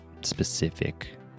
specific